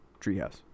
Treehouse